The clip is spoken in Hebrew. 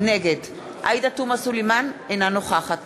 נגד עאידה תומא סלימאן, אינה נוכחת